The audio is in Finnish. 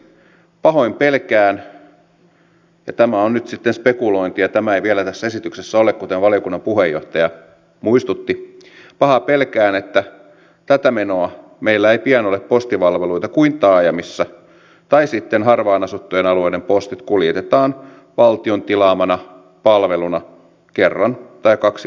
pahoin pelkään ja tämä on nyt sitten spekulointia tämä ei vielä tässä esityksessä ole kuten valiokunnan puheenjohtaja muistutti että tätä menoa meillä ei pian ole postipalveluita kuin taajamissa tai sitten harvaan asuttujen alueiden postit kuljetetaan valtion tilaamana palveluna kerran tai kaksi viikossa